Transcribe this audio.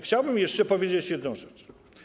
Chciałbym jeszcze powiedzieć jedną rzecz.